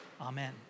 Amen